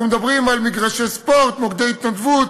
אנחנו מדברים על מגרשי ספורט, מוקדי התנדבות,